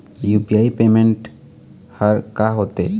UPI payment हर का होते?